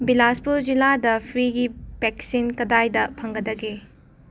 ꯕꯤꯂꯥꯁꯄꯨꯔ ꯖꯤꯜꯂꯥꯗꯥ ꯐ꯭ꯔꯤꯒꯤ ꯕꯦꯛꯁꯤꯟ ꯀꯗꯥꯏꯗ ꯐꯪꯒꯗꯒꯦ